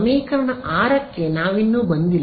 ಸಮೀಕರಣ 6 ಕ್ಕೆ ನಾವಿನ್ನೂ ಬಂದಿಲ್ಲ